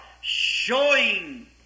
Showing